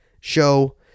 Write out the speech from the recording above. show